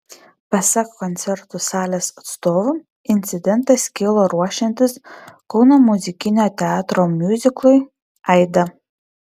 pasak koncertų salės atstovų incidentas kilo ruošiantis kauno muzikinio teatro miuziklui aida